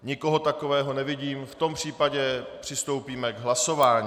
Nikoho takového nevidím, v tom případě přistoupíme k hlasování.